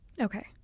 Okay